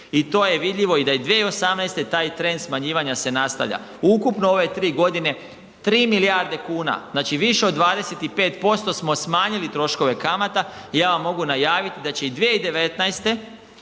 i to je vidljivo i da je 2018. taj trend smanjivanja se nastavlja. Ukupno ove 3 godine, 3 milijarde kuna, znači više od 25% smo smanjili troškove kamata i ja vam mogu najaviti i da će 2019.,